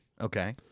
Okay